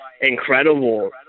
incredible